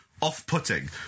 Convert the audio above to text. Off-putting